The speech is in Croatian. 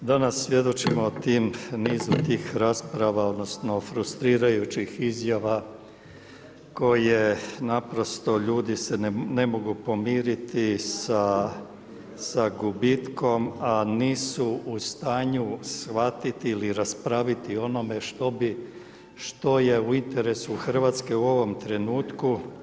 Danas svjedočimo tim, nizu tih rasprava odnosno frustrirajućih izjava koje naprosto ljudi se ne mogu pomiriti sa gubitkom a nisu u stanju shvatiti ili raspraviti o onome što bi, što je u interesu Hrvatske u ovom trenutku.